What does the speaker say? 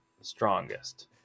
strongest